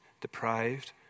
deprived